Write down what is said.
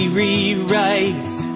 rewrite